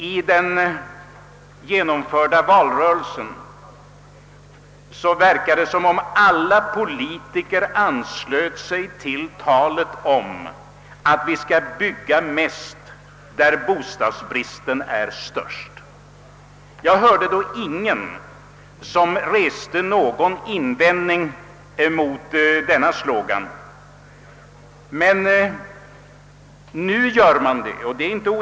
I den nu genomförda valrörelsen verkade det som om alla politiker anslöt sig till talet om att vi skall bygga mest där bostadsbristen är störst; jag hörde då ingen som reste någon invändning mot denna slogan. Men nu gör man det.